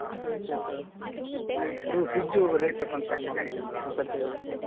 okay okay sir ఇప్పుడు fridge ఒక rate చెప్పండి సార్ మాకు ఎంత అంటే రేటు